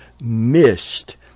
missed